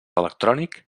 electrònic